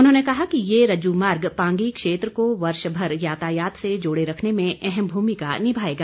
उन्होंने कहा कि ये रज्जु मार्ग पांगी क्षेत्र को वर्षभर यातायात से जोड़े रखने में अहम भूमिका निभाएगा